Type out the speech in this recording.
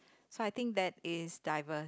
so I think that is diverse